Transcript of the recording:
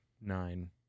nine